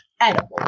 edible